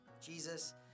Jesus